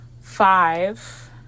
five